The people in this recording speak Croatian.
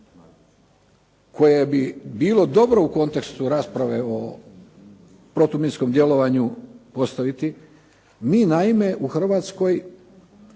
koje bi bilo dobro u kontekstu rasprave o protuminskom djelovanju postaviti. Mi naime u Hrvatskoj